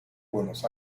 buenos